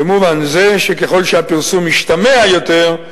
"במובן זה שככל שהפרסום משתמע יותר,